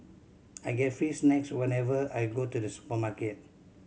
I get free snacks whenever I go to the supermarket